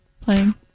playing